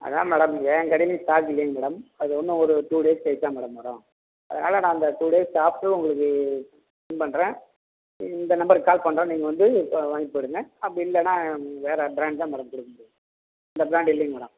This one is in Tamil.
அதான் மேடம் ஏன் கடையிலையும் ஸ்டாக் இல்லைங்க மேடம் அது இன்னும் ஒரு டூ டேஸ் கழிச்சி தான் மேடம் வரும் அதனால் நான் அந்த டூ டேஸ் ஆஃப்ட்ரு உங்களுக்கு பண்ணுறேன் இந்த நம்பர்க்கு கால் பண்ணுறேன் நீங்கள் வந்து வாங்கிகிட்டு போய்விடுங்க அப்படி இல்லைன்னா வேறு ப்ராண்ட் தான் மேடம் கொடுக்க முடியும் இந்த ப்ராண்ட் இல்லைங்க மேடம்